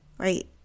Right